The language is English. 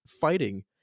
fighting